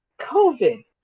COVID